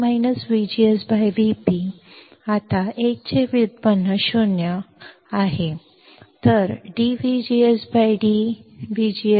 So if I further solve this equation what I have म्हणून या सूत्राने जर मी S चे मूल्य बदलले जे काही नाही परंतु 1 VGSV p